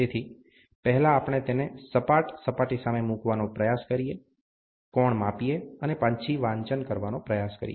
તેથી પહેલા આપણે તેને સપાટ સપાટી સામે મૂકવાનો પ્રયાસ કરીએ કોણ માપીએ અને પછી વાંચન કરવાનો પ્રયાસ કરીએ